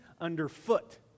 underfoot